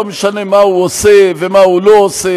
לא משנה מה הוא עושה ומה הוא לא עושה,